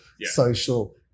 social